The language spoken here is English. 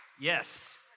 Yes